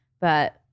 But-